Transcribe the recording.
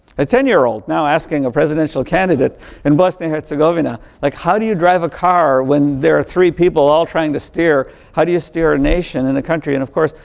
a ten year old, now asking a presidential candidate in bosnia-herzegovina. like, how do you drive a car when there are three people all trying to steer. how do you steer a nation and a country? and of course,